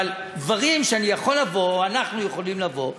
אבל דברים שאנחנו יכולים לבוא ולהגיד: